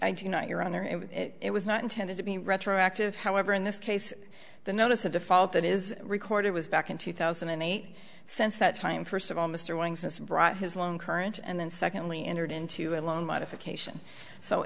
know your honor and it was not intended to be retroactive however in this case the notice of default that is recorded was back in two thousand and eight since that time first of all mr wang's just brought his long current and then secondly entered into a loan modification so